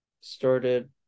started